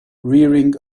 rearing